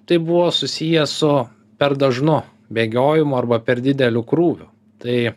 tai buvo susiję su per dažnu bėgiojimu arba per dideliu krūviu tai